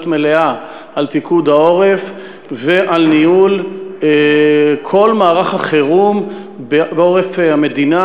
מלאה על פיקוד העורף ועל ניהול כל מערך החירום בעורף המדינה,